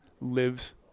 lives